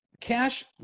cash